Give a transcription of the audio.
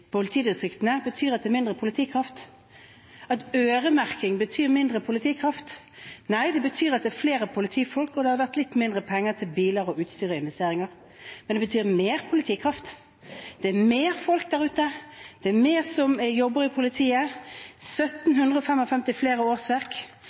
politidistriktene, betyr at det er mindre politikraft – at øremerking betyr mindre politikraft. Nei, det betyr at det er flere politifolk, og at det har vært litt mindre penger til biler, utstyr og investeringer. Men det betyr mer politikraft. Det er mer folk der ute. Det er flere som jobber i politiet